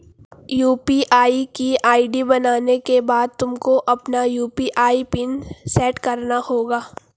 UPI की ID बनाने के बाद तुमको अपना यू.पी.आई पिन सैट करना होगा